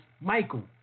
Michael